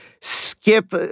skip